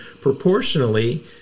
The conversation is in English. proportionally